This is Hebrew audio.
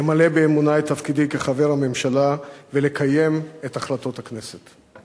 למלא באמונה את תפקידי כחבר הממשלה ולקיים את החלטות הכנסת.